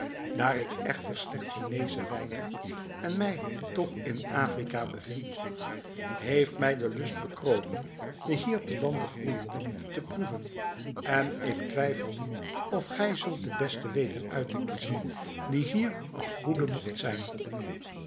daar ik echter slechts chineeschen wijn heb en mij toch in afrika bevind heeft mij de lust bekropen den hier te lande groeienden te proeven en ik twijfel niet of gij zult den besten weten uit te kiezen als hier goede mocht zijn